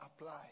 apply